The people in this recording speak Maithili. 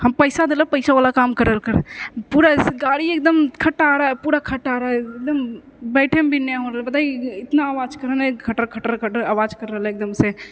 हम पैसा देलऽ पैसावला काम करलऽ करऽ पूरा गाड़ी एकदम खटारा पूरा खटारा एकदम बैठेमे भी नहि हो रहलै हइ बताइ एतना आवाज करै नहि खटर खटर खटर आवाज करि रहलै एकदमसँ